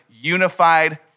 unified